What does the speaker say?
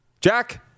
Jack